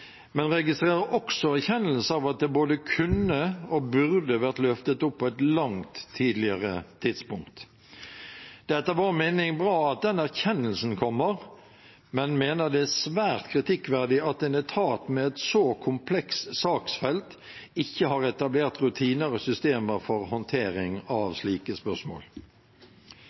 men vi registrerer også erkjennelse av at den både kunne og burde vært løftet opp på et langt tidligere tidspunkt. Det er etter vår mening bra at den erkjennelsen kommer, men vi mener det er svært kritikkverdig at en etat med et så komplekst saksfelt ikke har etablert rutiner og systemer for håndtering av slike spørsmål.